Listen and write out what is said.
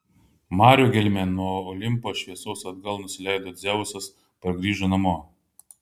marių gelmėn nuo olimpo šviesaus atgal nusileido dzeusas pargrįžo namo